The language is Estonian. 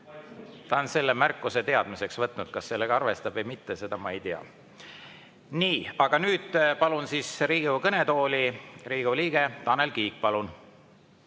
Ta on selle märkuse teadmiseks võtnud. Kas ta sellega arvestab või mitte, seda ma ei tea. Nii, nüüd palun Riigikogu kõnetooli, Riigikogu liige Tanel Kiik!